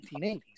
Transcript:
1980s